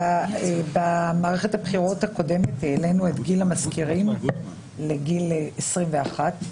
במערכת הבחירות הקודמת העלינו את גיל המזכירים לגיל 21,